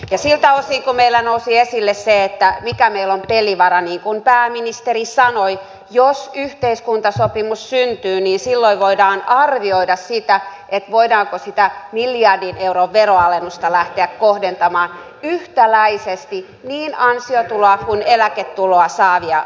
ja siltä osin kun meillä nousi esille se että mikä meillä on pelivara sanon kuten pääministeri sanoi että jos yhteiskuntasopimus syntyy niin silloin voidaan arvioida voidaanko sitä miljardin euron veroalennusta lähteä kohdentamaan yhtäläisesti niin ansiotuloa kuin eläketuloa saaviin